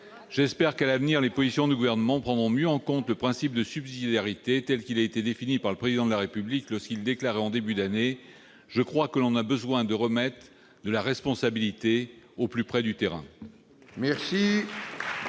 J'espère qu'à l'avenir les positions du Gouvernement prendront mieux en compte le principe de subsidiarité tel qu'il a été défini par le Président de la République lorsqu'il déclarait en début d'année :« Je crois que l'on a besoin de remettre de la responsabilité au plus près du terrain.